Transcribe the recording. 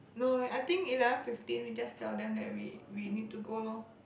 no I think eleven fifteen we just that them that we we need to go loh